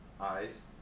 eyes